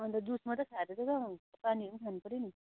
अन्त दुध मात्र खाएर चाहिँ कहाँ हुन्छ पानीहरू पनि खानुपर्यो नि